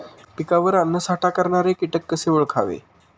पिकावर अन्नसाठा करणारे किटक कसे ओळखावे?